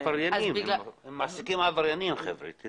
עבריינים, מעסיקים עבריינים, חברים.